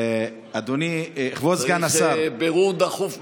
אדוני כבוד סגן השר, צריך בירור דחוף בסיעה.